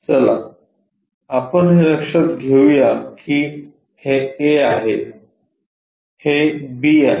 चला आपण हे लक्षात घेऊया की हे a आहे हे b आहे